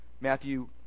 Matthew